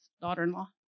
daughter-in-law